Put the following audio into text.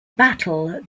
battle